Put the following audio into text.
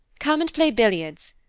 come and play billiards.